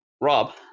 Rob